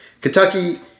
Kentucky